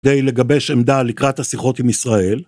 כדי לגבש עמדה לקראת השיחות עם ישראל.